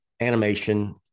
animation